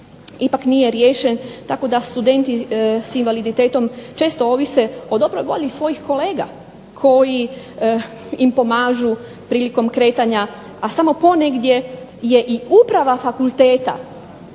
ipak nije riješen tako da studenti s invaliditetom često ovise o dobroj volji svojih kolega koji im pomažu prilikom kretanja, a samo ponegdje je i uprava fakulteta